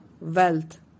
wealth